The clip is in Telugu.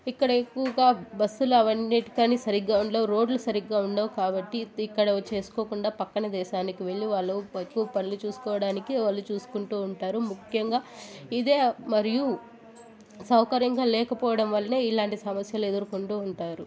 ఇక్కడ ఎక్కువగా బస్సులు అవన్నిటికని సరిగ్గా ఉండవు రోడ్లు సరిగ్గా ఉండవు కాబట్టి ఇక్కడ చేసుకోకుండా పక్కన దేశానికీ వెళ్లి వాళ్ళు ఎక్కువ పనులు చూసుకోవడానికి వాళ్ళు చూసుకుంటూ ఉంటారు ముఖ్యంగా ఇదే మరియు సౌకర్యంగా లేకపోవడం వలనే ఇలాంటి సమస్యలు ఎదుర్కొంటూ ఉంటారు